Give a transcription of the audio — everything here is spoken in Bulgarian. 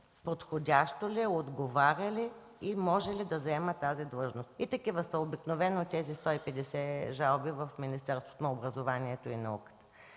подходящо ли е, отговаря ли и може ли да заема тази длъжност. Такива са обикновено тези 150 жалби в Министерството на образованието и науката.